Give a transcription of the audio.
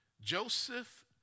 Joseph